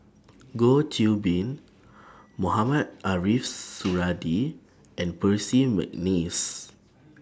Goh Qiu Bin Mohamed Ariff Suradi and Percy Mcneice